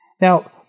Now